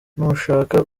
nushaka